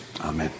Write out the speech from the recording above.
amen